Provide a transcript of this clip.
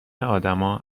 آدما